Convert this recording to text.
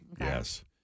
Yes